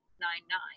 Nine-Nine